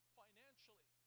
financially